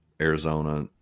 Arizona